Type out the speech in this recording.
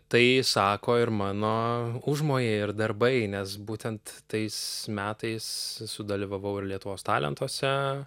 tai sako ir mano užmojai ir darbai nes būtent tais metais sudalyvavau ir lietuvos talentuose